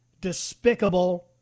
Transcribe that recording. despicable